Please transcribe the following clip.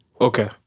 Okay